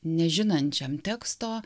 nežinančiam teksto